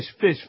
fish